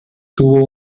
tuvo